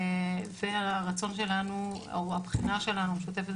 והרצון שלנו או הבחינה שלנו המשותפת,